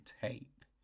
tape